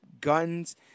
guns